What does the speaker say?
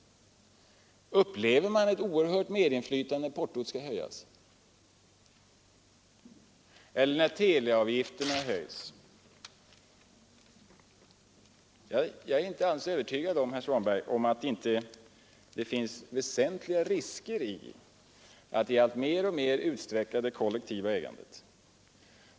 Upplever man ett oerhört medinflytande när portot skall höjas? Eller när teleavgifterna höjs? Jag är inte alls övertygad om, herr Svanberg, att det inte finns väsentliga risker i att allt längre utsträcka det kollektiva ägandet.